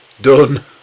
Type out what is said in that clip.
done